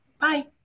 Bye